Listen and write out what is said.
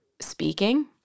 speaking